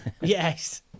yes